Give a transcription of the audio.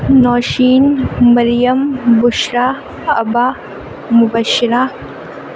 Nausheen Maryam Bushra Aba Mubashira